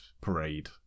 Parade